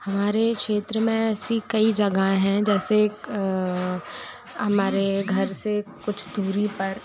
हमारे क्षेत्र में ऐसी कई जगहें हैं जैसे हमारे घर से कुछ दूरी पर